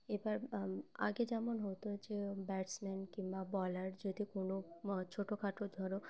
এবার আগে যেমন হতো যে ব্যাটসম্যান কিংবা বলার যদি কোনো ছোটোখাটো ধরো